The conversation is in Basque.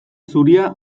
zuria